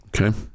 Okay